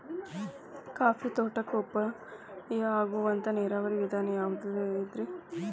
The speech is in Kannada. ಕಾಫಿ ತೋಟಕ್ಕ ಉಪಾಯ ಆಗುವಂತ ನೇರಾವರಿ ವಿಧಾನ ಯಾವುದ್ರೇ?